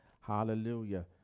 Hallelujah